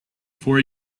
four